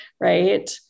Right